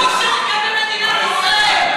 ראש אכ"א במדינת ישראל.